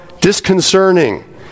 disconcerting